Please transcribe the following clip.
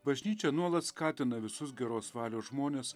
bažnyčia nuolat skatina visus geros valios žmones